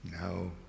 No